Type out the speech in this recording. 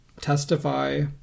testify